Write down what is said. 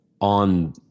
on